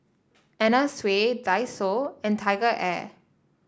Anna Sui Daiso and TigerAir